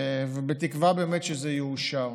בתקווה שזה באמת יאושר.